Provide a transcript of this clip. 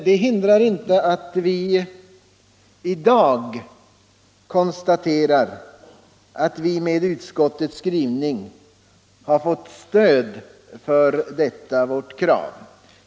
I dag kan vi dock konstatera att vi nu genom utskottets skrivning fått stöd för detta vårt krav.